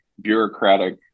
bureaucratic